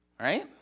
Right